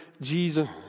Jesus